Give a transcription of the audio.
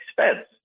expense